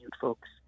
folks